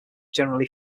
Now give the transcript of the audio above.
generally